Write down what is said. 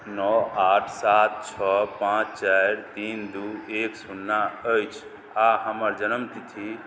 नओ आठ सात छओ पाँच चारि तीन दुइ एक सुन्ना अछि आओर हमर जनमतिथि